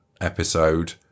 episode